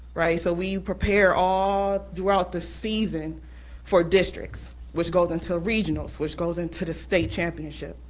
right? so we prepare all throughout the season for districts, which goes until regionals, which goes until the state championship.